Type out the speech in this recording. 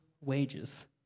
wages